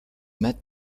met